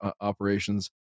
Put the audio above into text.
operations